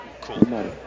Cool